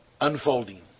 unfolding